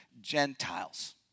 Gentiles